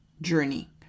journey